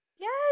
Yes